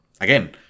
Again